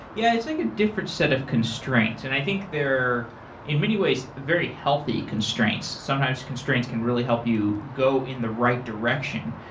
yeah it's like a different set of constraints. and i think they're in many ways very healthy constraints. sometimes constraints can really help you go in the right direction.